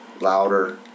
louder